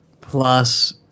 Plus